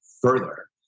further